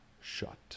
shut